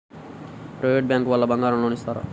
Private bank వాళ్ళు బంగారం loan ఇస్తారా?